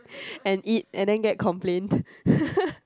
and eat and then get complained